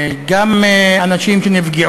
גם אנשים שנפגע